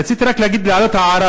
רציתי רק להגיד הערה: